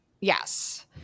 Yes